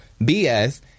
BS